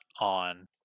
on